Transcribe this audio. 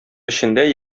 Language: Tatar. эчендә